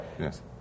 yes